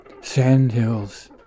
Sandhills